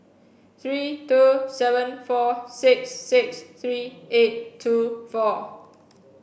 three two seven four six six three eight two four